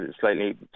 Slightly